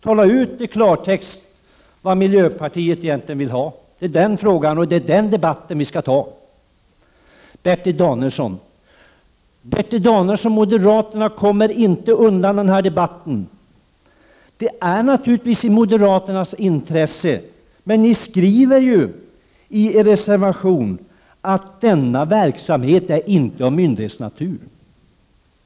Säg i klartext vad miljöpartiet egentligen vill ha! Det är en sådan debatt som vi skall föra. Moderaterna kommer, Bertil Danielsson, inte undan den här debatten. Det är naturligtvis i moderaternas intresse, men ni skriver ju i er reservation att denna verksamhet inte är av myndighetsnatur.